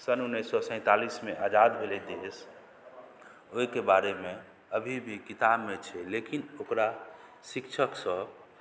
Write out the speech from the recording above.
सन उन्नैस सए सैंतालिसमे आजाद भेलै देश ओहिके बारेमे अभी भी किताबमे छै लेकिन ओकरा शिक्षकसँ